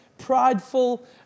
prideful